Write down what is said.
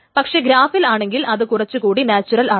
പക്ഷേ ഗ്രാഫിൽ ആണെങ്കിൽ അത് കുറച്ചു കൂടി നാച്വറൽ ആണ്